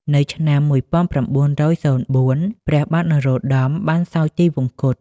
នៅឆ្នាំ ១៩០៤ ព្រះបាទនរោត្តមបានសោយទីវង្គត។